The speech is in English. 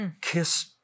kiss